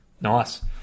Nice